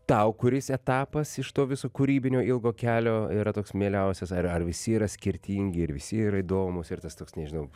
tau kuris etapas iš to viso kūrybinio ilgo kelio yra toks mieliausias ar ar visi yra skirtingi ir visi yra įdomūs ir tas toks nežinau